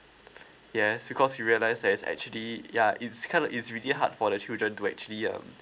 yes because we realize there's actually ya it's kind of it's really hard for the children to actually um